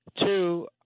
Two